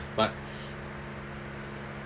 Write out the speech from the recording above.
but